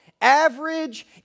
Average